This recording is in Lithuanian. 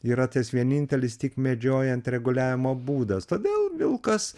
yra tas vienintelis tik medžiojant reguliavimo būdas todėl vilkas